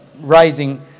rising